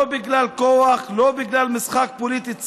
לא בגלל כוח, לא בגלל משחק פוליטי צר,